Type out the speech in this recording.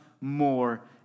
more